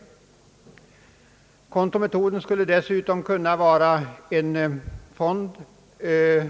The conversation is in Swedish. Genom kontometoden skulle dessutom kunna skapas en fond i